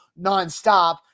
nonstop